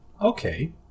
Okay